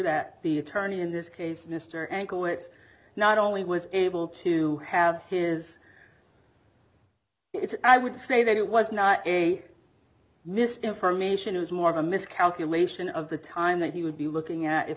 that the attorney in this case mr ankle it's not only was able to have his it's i would say that it was not a misinformation it was more of a miscalculation of the time that he would be looking at if